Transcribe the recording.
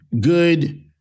good